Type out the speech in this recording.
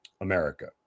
America